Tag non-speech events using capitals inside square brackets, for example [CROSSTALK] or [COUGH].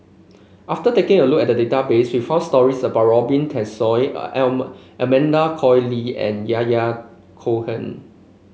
after taking a look at the database we found stories about Robin Tessensohn [UNINTELLIGIBLE] Amanda Koe Lee and Yahya Cohen